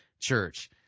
church